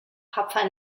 papua